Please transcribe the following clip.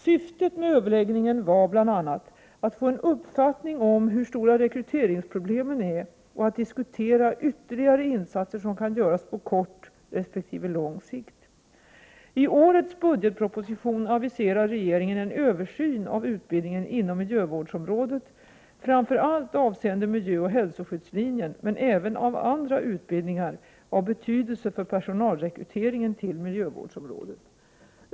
Syftet med överläggningen var bl.a. att få en uppfattning om hur stora rekryteringsproblemen är och att diskutera ytterligare insatser som kan göras på kort resp. lång sikt. I årets budgetproposition aviserar regeringen en översyn av utbildningen inom miljövårdsområdet, framför allt avseende miljöoch hälsoskyddslinjen, men även av andra utbildningar av betydelse för personalrekryteringen till miljövårdsområdet.